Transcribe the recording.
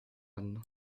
anno